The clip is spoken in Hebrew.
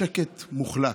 שקט מוחלט.